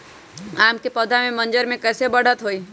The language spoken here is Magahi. आम क पौधा म मजर म कैसे बढ़त होई?